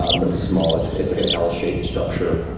um but it's small, it's it's like an l-shaped structure.